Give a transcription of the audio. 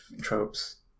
tropes